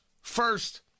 First